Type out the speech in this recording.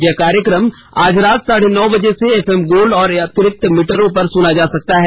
यह कार्यक्रम आज रात साढ़े नौ बजे से एफएम गोल्ड और अतिरिक्त मीटरों पर सुना जा सकता है